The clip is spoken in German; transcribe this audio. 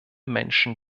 menschen